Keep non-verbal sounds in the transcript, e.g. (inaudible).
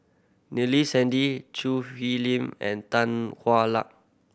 (unintelligible) Sandy Choo Hwee Lim and Tan Hwa Luck